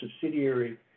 subsidiary